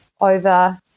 over